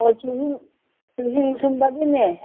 ꯑꯣ ꯆꯨꯍꯤꯡ ꯆꯨꯍꯤꯡ ꯁꯨꯝꯕꯒꯤꯅꯦ